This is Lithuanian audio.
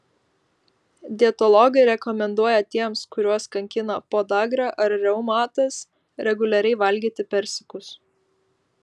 dietologai rekomenduoja tiems kuriuos kankina podagra ar reumatas reguliariai valgyti persikus